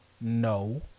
no